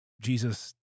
Jesus